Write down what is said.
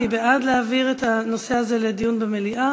מי בעד להעביר את הנושא הזה לדיון במליאה?